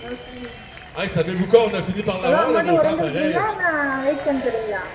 ஆ சொல்லுங்கள் மிஸ் ஆ சரி எல்லா அமௌண்டும் ஒரே முட்டாக கொடுத்துருவிங்களா இல்லை வெயிட் பண்ணி தருவிங்களா